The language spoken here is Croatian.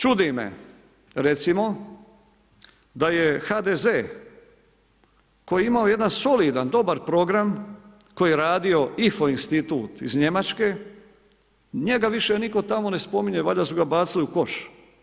Čudi me recimo da je HDZ koji je imao jedan solidan, dobar program koji je radio IFO institut iz Njemačke, njega više nitko tamo ne spominje, valjda su ga bacili u koš.